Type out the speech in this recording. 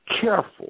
careful